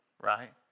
right